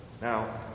Now